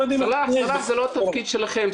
סלאח, זה לא התפקיד שלכם.